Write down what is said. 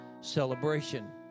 celebration